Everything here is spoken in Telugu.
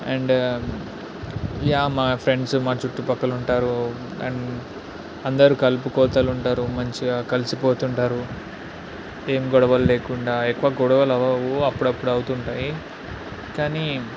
అండ్ యా మా ఫ్రెండ్సు మా చుట్టు పక్కల ఉంటారు అండ్ అందరు కలుపుకోతలు ఉంటారు మంచిగా కలిసిపోతుంటారు ఏం గొడవలు లేకుండా ఎక్కువ గొడవలు అవ్వవు అప్పుడప్పు అవుతు ఉంటాయి కానీ